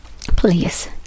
Please